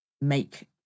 make